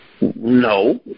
No